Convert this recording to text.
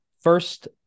first